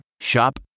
Shop